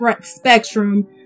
spectrum